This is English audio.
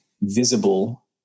visible